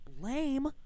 lame